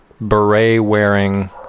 beret-wearing